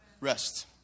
Rest